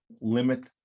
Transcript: limit